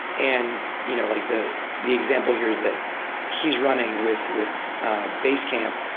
and you know like the the example here is that he's running with with basecamp,